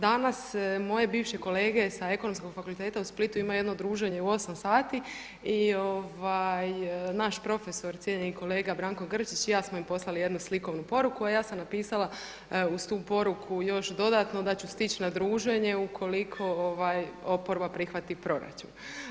Danas moji bivše kolege sa Ekonomskog fakulteta u Splitu imaju jedno druženje u 8 sati i naš profesor cijenjeni kolega Branko Grčić i ja smo im poslali jednu slikovnu poruku, a ja sam napisala uz tu poruku još dodatno da ću stići na druženje ukoliko oporba prihvati proračun.